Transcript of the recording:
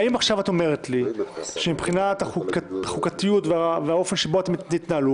האם עכשיו את אומרת לי שמבחינת החוקתיות והאופן שבו אתם תתנהלו,